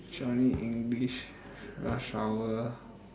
Johnny English rush hour